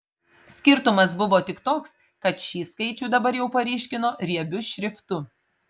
skirtumas buvo tik toks kad šį skaičių dabar jau paryškino riebiu šriftu